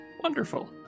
Wonderful